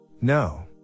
No